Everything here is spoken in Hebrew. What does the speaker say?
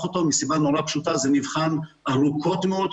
אותו מסיבה מאוד פשוטה זה נבחן ארוכות מאוד,